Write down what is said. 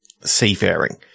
seafaring